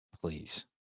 Please